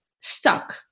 stuck